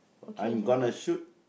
I'm gonna shoot